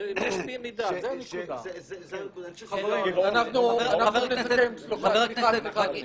חבר הכנסת כבל,